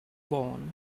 born